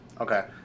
Okay